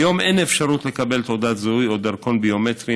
כיום אין אפשרות לקבל תעודת זהות או דרכון ביומטריים